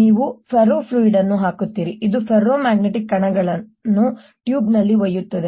ನೀವು ಫೆರೋಫ್ಲೂಯಿಡ್ ಅನ್ನು ಹಾಕುತ್ತೀರಿ ಇದು ಫೆರೋಮ್ಯಾಗ್ನೆಟಿಕ್ ಕಣಗಳನ್ನು ಟ್ಯೂಬ್ನಲ್ಲಿ ಒಯ್ಯುತ್ತದೆ